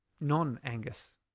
non-Angus